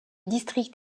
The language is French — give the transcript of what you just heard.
district